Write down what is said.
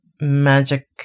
magic